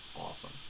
awesome